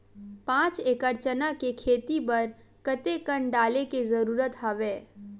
पांच एकड़ चना के खेती बर कते कन डाले के जरूरत हवय?